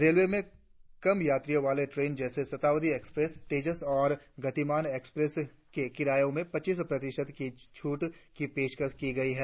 railway ने कम यात्रियों वाली ट्रेनों जैसे शताब्दी एक्सप्रेस तेजस और गतिमान एक्सप्रेस के किरायों में पच्चीस प्रतिशत की छूट देने की पेशकश की है